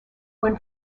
when